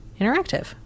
interactive